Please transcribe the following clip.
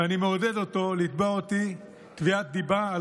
ואני מעודד אותו לתבוע אותי תביעת דיבה על